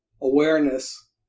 awareness